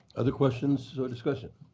other questions or discussion?